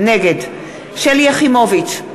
נגד שלי יחימוביץ,